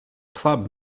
club